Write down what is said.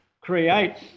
creates